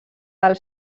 del